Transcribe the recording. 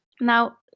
Now